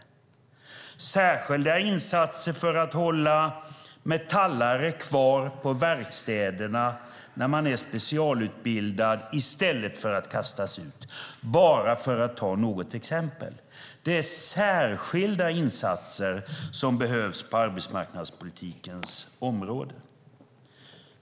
Det behövs särskilda insatser för att hålla metallare kvar på verkstäderna när de är specialutbildade i stället för att kastas ut. Detta säger jag bara för att ta något exempel. Det är särskilda insatser som behövs på arbetsmarknadspolitikens område.